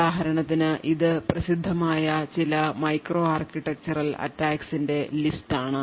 ഉദാഹരണത്തിന് ഇത് പ്രസിദ്ധമായ ചില മൈക്രോ ആർക്കിടെക്ചറൽ attack ന്റെ ലിസ്റ്റ് ആണ്